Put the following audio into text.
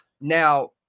Now